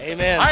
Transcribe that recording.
Amen